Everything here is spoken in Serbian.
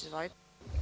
Izvolite.